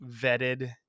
vetted